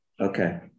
Okay